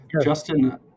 Justin